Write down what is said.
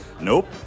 Nope